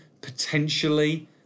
potentially